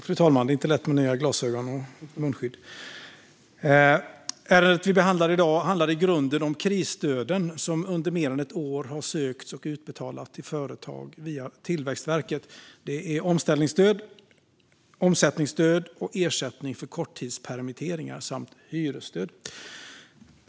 Fru talman! Det ärende vi behandlar i dag handlar i grunden om de krisstöd som under mer än ett år har sökts och utbetalats till företag via Tillväxtverket. Det är omställningsstöd, omsättningsstöd och ersättning för korttidspermitteringar samt hyresstöd.